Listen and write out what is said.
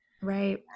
Right